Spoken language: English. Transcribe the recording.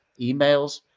emails